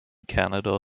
canada